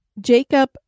Jacob